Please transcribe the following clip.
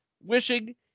wishing